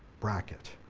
bracket